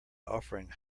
offering